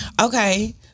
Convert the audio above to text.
Okay